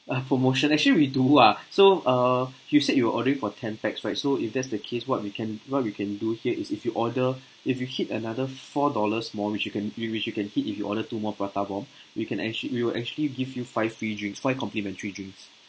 ah promotion actually we do ah so err you said you're ordering for ten pax right so if that's the case what we can what we can do here is if you order if you hit another four dollars more which you can you which you can hit if you order two more prata bomb we can actua~ we will actually give you five free drinks five complimentary drinks